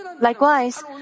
Likewise